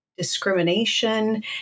discrimination